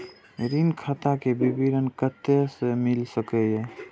ऋण खाता के विवरण कते से मिल सकै ये?